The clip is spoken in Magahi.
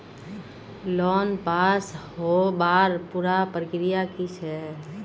लोन पास होबार पुरा प्रक्रिया की छे?